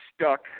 stuck